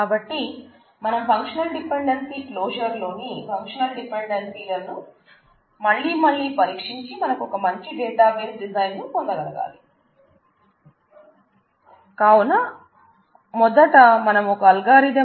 కాబట్టిమనం functional dependency క్లోజర్ని functional డిపెండెన్సీలతో పరీక్షించడం మొదలు పెడదాం